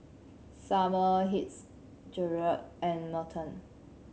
Sumner Fitzgerald and Merton